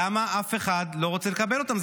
למה אף אחד לא רוצה לקבל אותם?